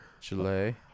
Chile